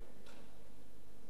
שההיאחזות הזו